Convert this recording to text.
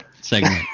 segment